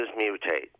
mutate